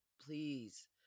please